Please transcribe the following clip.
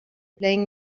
playing